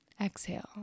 Exhale